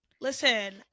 Listen